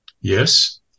Yes